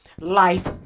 life